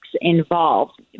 involved